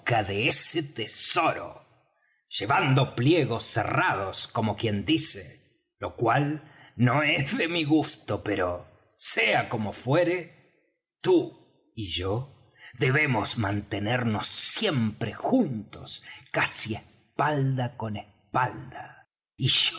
de ese tesoro llevando pliegos cerrados como quien dice lo cual no es de mi gusto pero sea como fuere tú y yo debemos mantenernos siempre juntos casi espalda con espalda y